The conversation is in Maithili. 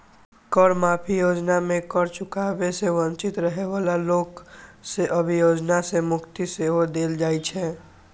कर माफी योजना मे कर चुकाबै सं वंचित रहै बला लोक कें अभियोजन सं मुक्ति सेहो देल जाइ छै